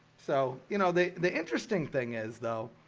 so, you know the the interesting thing is though,